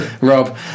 Rob